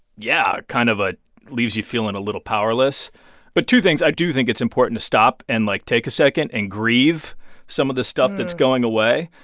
yeah, kind of a leaves you feeling a little powerless but two things i do think it's important to stop and, like, take a second and grieve some of the stuff that's going away.